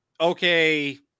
okay